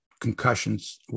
concussions